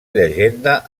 llegenda